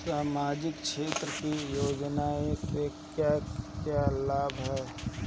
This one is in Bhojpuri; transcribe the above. सामाजिक क्षेत्र की योजनाएं से क्या क्या लाभ है?